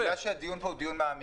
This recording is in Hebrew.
שהדיון כאן הוא דיון מעמיק,